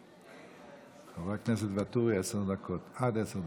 חבר הכנסת ואטורי, עד עשר דקות.